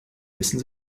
wissen